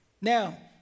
Now